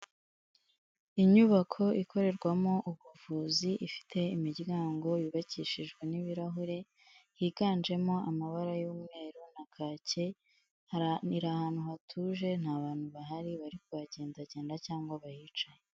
Inyubako ikorerwamo ubuvuzi, ifite imiryango yubakishijwe n'ibirahure, higanjemo amabara y'umweru na kake, iri ahantu hatuje, nta bantu bahari bari kuhagendagenda cyangwa bahicaye.